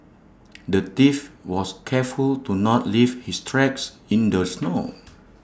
the thief was careful to not leave his tracks in the snow